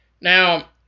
Now